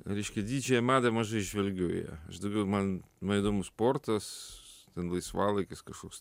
reiškia į didžiąją madą mažai žvelgiu į ją aš daugiau man man įdomus sportas laisvalaikis kažkoks